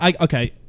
okay